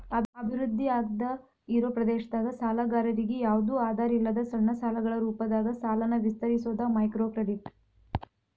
ಅಭಿವೃದ್ಧಿ ಆಗ್ದಾಇರೋ ಪ್ರದೇಶದಾಗ ಸಾಲಗಾರರಿಗಿ ಯಾವ್ದು ಆಧಾರಿಲ್ಲದ ಸಣ್ಣ ಸಾಲಗಳ ರೂಪದಾಗ ಸಾಲನ ವಿಸ್ತರಿಸೋದ ಮೈಕ್ರೋಕ್ರೆಡಿಟ್